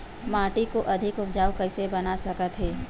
माटी को अधिक उपजाऊ कइसे बना सकत हे?